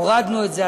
הורדנו את זה,